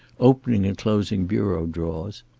opening and closing bureau drawers.